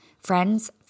Friends